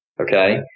okay